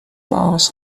باش